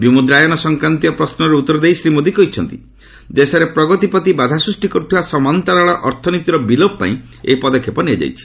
ବିମୁଦ୍ରାୟନ ସଂକ୍ରାନ୍ତୀୟ ପ୍ରଶ୍ମର ଉତ୍ତର ଦେଇ ଶ୍ରୀ ମୋଦି କହିଛନ୍ତି ଦେଶର ପ୍ରଗତି ପ୍ରତି ବାଧ ସୃଷ୍ଟି କରୁଥିବା ସମାନ୍ତରାଳ ଅର୍ଥନୀତିର ବିଲୋପ ପାଇଁ ଏହି ପଦକ୍ଷେପ ନିଆଯାଇଛି